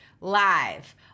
live